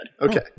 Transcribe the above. Okay